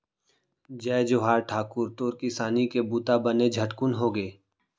जय जोहार ठाकुर, तोर किसानी के बूता बने झटकुन होगे?